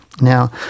Now